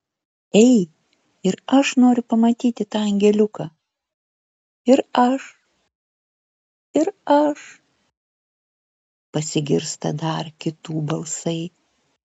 ei ir aš noriu pamatyti tą angeliuką ir aš ir aš pasigirsta dar kitų balsai